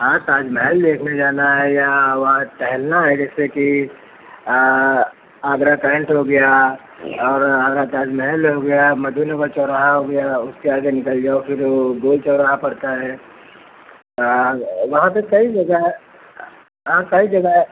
हाँ ताज महल देखने जाना है यहाँ वहाँ टहलना है जैसेकि आगरा कैंट हो गया और आगरा ताज महल हो गया मधुनगर चौराहा हो गया उसके आगे निकल जाओ फिर वो गोल चौराहा पड़ता है और वहाँ पर कई जगहें हैं हाँ कई जगह है